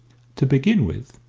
to begin with,